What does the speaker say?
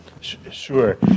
Sure